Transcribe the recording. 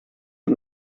het